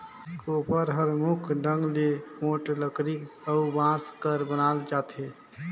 कोपर हर मुख ढंग ले मोट लकरी अउ बांस कर बनाल जाथे